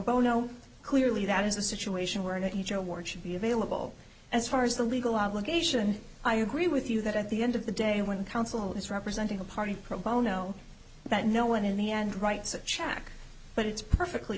bono clearly that is a situation where nature war should be available as far as the legal obligation i agree with you that at the end of the day one council is representing a party pro bono that no one in the end writes a check but it's perfectly